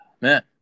Man